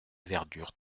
verdure